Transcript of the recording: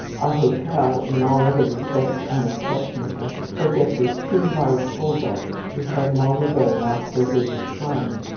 our hotel in all other respects unexceptionable possesses two large bulldogs which have long ago lost their british phlegm,